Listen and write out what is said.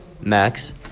Max